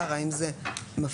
האם זה מפריע לו באמת.